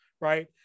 right